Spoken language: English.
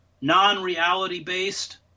non-reality-based